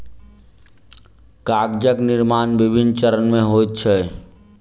कागजक निर्माण विभिन्न चरण मे होइत अछि